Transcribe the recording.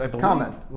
comment